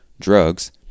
drugs